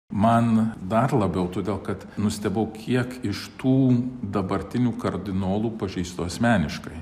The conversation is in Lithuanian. man dar labiau todėl kad nustebau kiek iš tų dabartinių kardinolų pažįstu asmeniškai